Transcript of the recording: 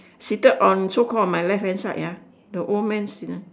seated on so called my left hand side ya the old man